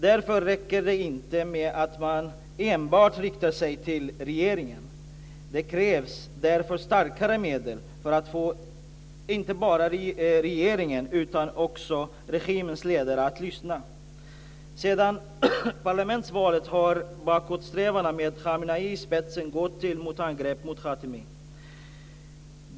Därför räcker det inte med att man enbart riktar sig till regeringen. Det krävs därför starkare medel för att få inte bara regeringen utan också regimens ledare att lyssna. Sedan parlamentsvalet har bakåtsträvarna, med Khamenei i spetsen, gått till angrepp mot Khatami.